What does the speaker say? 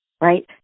right